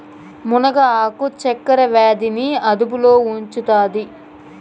మునగ ఆకు చక్కర వ్యాధి ని అదుపులో ఉంచుతాది